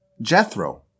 Jethro